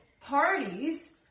parties